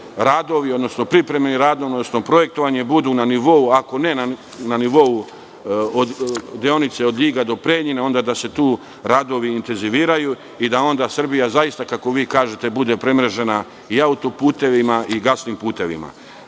da i tu radovi, odnosno projektovanje bude na nivou, ako ne na nivou deonice od Ljiga o Preljine, onda da se tu radovi intenziviraju i da onda Srbija zaista, kako vi kažete, bude premrežena i autoputevima i gasnim